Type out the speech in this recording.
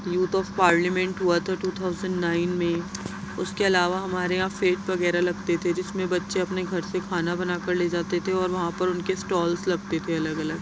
youth of parliament ہوا تھا two thousand nine میں اس کے علاوہ ہمارے یہاں فیٹ وغیرہ لگتے تھے جس میں بچے اپنے گھر سے کھانا بنا کر لے جاتے تھے اور وہاں پر ان کے اسٹالس لگتے تھے الگ الگ